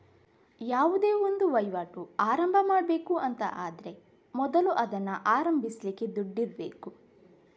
ಯಾವುದೇ ಒಂದು ವೈವಾಟು ಆರಂಭ ಮಾಡ್ಬೇಕು ಅಂತ ಆದ್ರೆ ಮೊದಲು ಅದನ್ನ ಆರಂಭಿಸ್ಲಿಕ್ಕೆ ದುಡ್ಡಿರ್ಬೇಕು